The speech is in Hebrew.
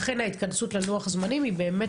לכן ההתכנסות ללוח זמנים היא באמת